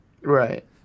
Right